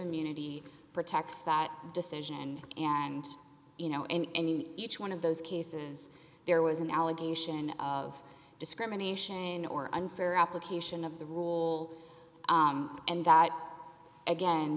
immunity protects that decision and you know and in each one of those cases there was an allegation of discrimination or unfair application of the rule and that again